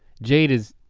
jade is,